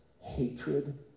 hatred